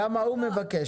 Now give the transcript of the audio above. למה הוא מבקש?